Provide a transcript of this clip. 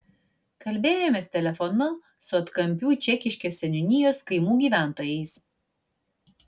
kalbėjomės telefonu su atkampių čekiškės seniūnijos kaimų gyventojais